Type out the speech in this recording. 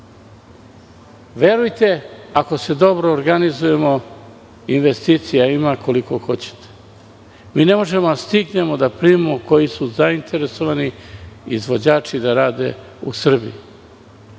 Verujte, ako se dobro organizujemo, investicija ima koliko hoćete. Mi ne možemo da stignemo da primimo one izvođače koji su zainteresovani da rade u Srbiji.